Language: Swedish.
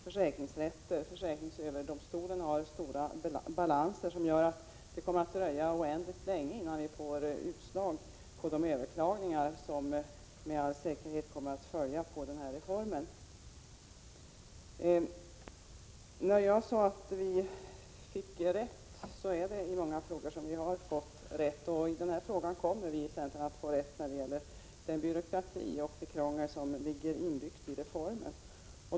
Försäkringsöverdomstolen har stora balanser som gör att det kommer att dröja oändligt länge innan vi får utslag i de överklaganden som med all säkerhet kommer att följa på denna reform. Jag sade att vi fick rätt, och i många frågor har vi fått rätt. I den här frågan kommer vi att få rätt när det gäller den byråkrati och det krångel som ligger inbyggda i reformen.